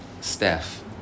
staff